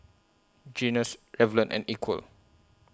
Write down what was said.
Guinness Revlon and Equal